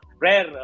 rare